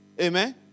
Amen